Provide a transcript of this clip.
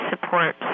support